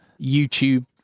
YouTube